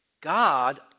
God